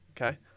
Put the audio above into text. Okay